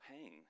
pain